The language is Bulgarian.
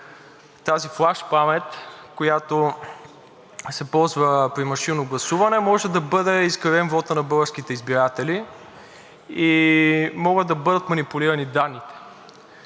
тази флаш памет, която се ползва при машинно гласуване, може да бъде изкривен вотът на българските избиратели и могат да бъдат манипулирани данните.